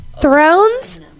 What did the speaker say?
thrones